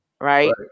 Right